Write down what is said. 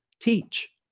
teach